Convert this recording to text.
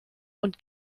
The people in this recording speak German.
und